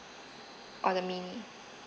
or the mini